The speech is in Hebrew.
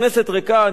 אני מודה לך,